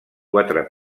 quatre